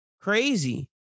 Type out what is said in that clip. Crazy